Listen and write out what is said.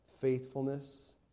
faithfulness